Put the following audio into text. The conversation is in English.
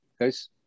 guys